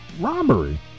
robbery